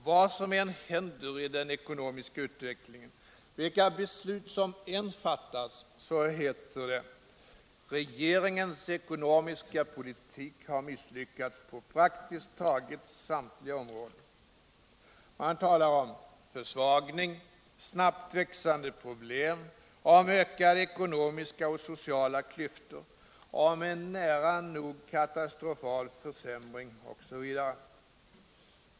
Vad som än händer i den ekonomiska utvecklingen, vilka beslut som än fattas så heter det: Regeringens ekonomiska politik har misslyckats på praktiskt taget samtliga områden. Man talar om försvagning, om snabbt växande problem, om ökade ekonomiska och sociala klyftor, om en nära nog katastrofal försämring, OSV.